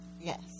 Yes